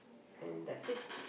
and that's it